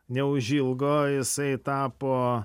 neužilgo jisai tapo